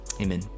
Amen